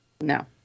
No